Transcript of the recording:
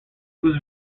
was